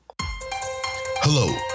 Hello